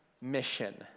mission